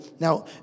Now